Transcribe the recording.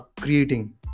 creating